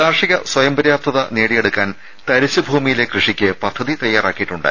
കാർഷിക സ്വയംപര്യാപ്തത നേടിയെടുക്കാൻ തരിശ് ഭൂമിയിലെ കൃഷിക്ക് പദ്ധതി തയാറാക്കിയിട്ടുണ്ട്